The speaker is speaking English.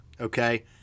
okay